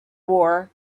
war